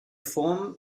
form